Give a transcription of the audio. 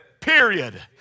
period